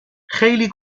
خیلی